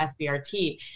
SBRT